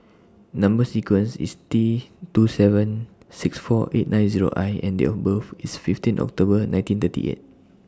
Number sequence IS T two seven six four eight nine Zero I and Date of birth IS fifteen October nineteen thirty eight